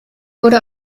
wurde